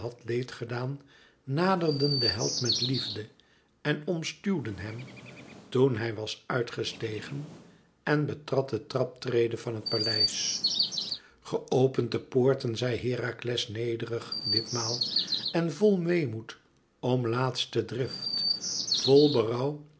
leed gedaan naderden den held met liefde en omstuwden hem toen hij was uit gestegen en betrad de traptrede van het paleis geopend de poorten zei herakles nederig dit maal en vol weemoed om laatsten drift vol berouw